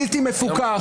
בלתי מפוקח,